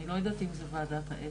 אני לא יודעת אם זה ועדת אתיקה.